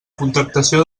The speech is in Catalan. contractació